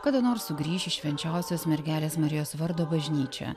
kada nors sugrįš į švenčiausios mergelės marijos vardo bažnyčią